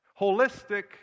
holistic